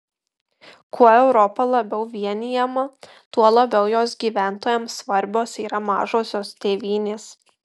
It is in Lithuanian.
kuo europa labiau vienijama tuo labiau jos gyventojams svarbios yra mažosios tėvynės